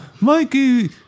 Mikey